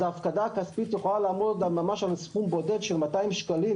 אז ההפקדה הכספית יכולה לעמוד ממש על סכום בודד של 200 שקלים,